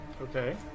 Okay